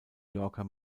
yorker